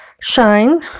shine